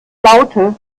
laute